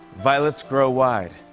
violets grow wide.